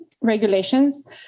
regulations